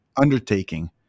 undertaking